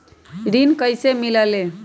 ऋण कईसे मिलल ले?